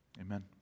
Amen